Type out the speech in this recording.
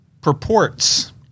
purports